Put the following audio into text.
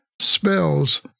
spells